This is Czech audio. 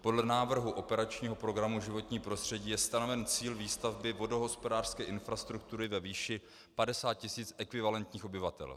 Podle návrhu operačního programu Životní prostředí je stanoven cíl výstavby vodohospodářské infrastruktury ve výši 50 tisíc ekvivalentních obyvatel.